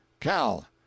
Cal